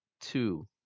two